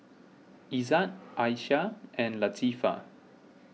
Izzat Aisyah and Latifa